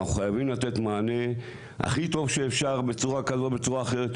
ואנחנו חייבם לתת מענה הכי טוב שאפשר בצורה כזו או בצורה אחרת,